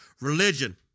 religion